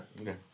Okay